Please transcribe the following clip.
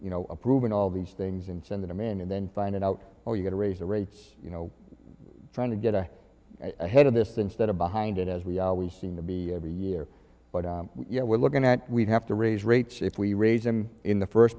you know approving all these things and send them in and then find it out or you get to raise the rates you know trying to get a ahead of this instead of behind it as we always seem to be every year but you know we're looking at we have to raise rates if we raise them in the first